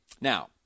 Now